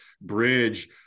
bridge